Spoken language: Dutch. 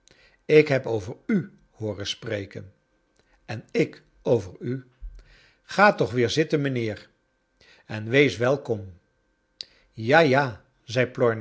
ik heb over u hooren spreken en ik over u gra toch weer zitten mijnheer en wees welkom ja ja zei